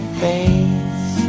face